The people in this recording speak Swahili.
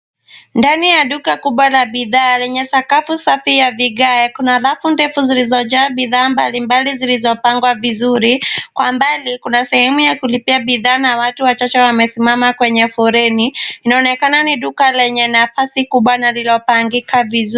Ndani ya duka kubwa la bidhaa lenye sakafu safi ya vigae . Kuna rafu ndefu zilizojaa bidhaa mbalimbali zilizo pangwa vizuri, kwa mbali kuna sehemu ya kulipia bidhaa na watu wachache wamesimama kwenye foleni. Inaonekana ni duka lenye nafasi kubwa na lililopangika vizuri.